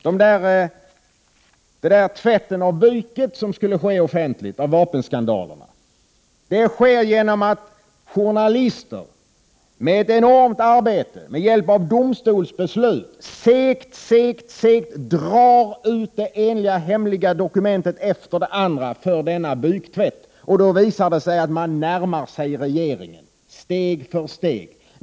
Den offentliga tvätt av byken som skulle ske vad gäller vapenskandalerna tillgår så att journalister med ett enormt arbete med hjälp av domstolsbeslut segt drar ut det ena hemliga dokumentet efter det andra, och då visar det sig att man närmar sig regeringen steg för steg.